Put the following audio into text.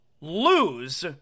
lose